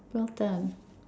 well done